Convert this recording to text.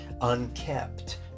unkept